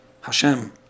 Hashem